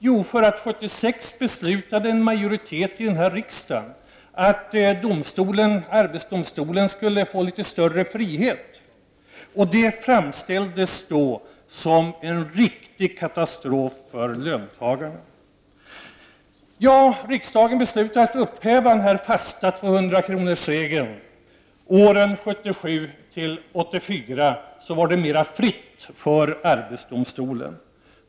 Jo, 1976 beslutade en majoritet här i riksdagen att arbetsdomstolen skulle få litet större frihet. Det framställdes då som en riktig katastrof för löntagarna. Riksdagen beslutade sedan att upphäva den här fasta 200-kronorsregeln. Under åren 1977-1984 var det mera fritt för arbetsdomstolen.